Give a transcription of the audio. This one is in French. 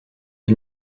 des